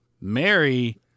Mary